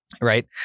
Right